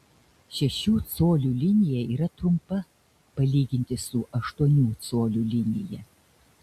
šešių colių linija yra trumpa palyginti su aštuonių colių linija